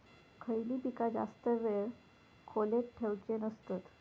खयली पीका जास्त वेळ खोल्येत ठेवूचे नसतत?